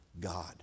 God